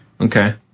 Okay